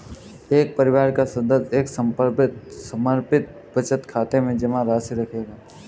एक परिवार का सदस्य एक समर्पित बचत खाते में जमा राशि रखेगा